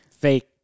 fake